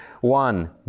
one